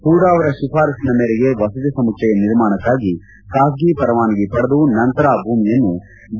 ಪೂಡಾ ಅವರ ಶಿಫಾರಸ್ವಿನ ಮೇರೆಗೆ ವಸತಿ ಸಮುಚ್ಗಯ ನಿರ್ಮಾಣಕ್ಕಾಗಿ ಖಾಸಗಿ ಪರವಾನಗಿ ಪಡೆದು ನಂತರ ಆ ಭೂಮಿಯನ್ನು ಡಿ